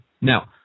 Now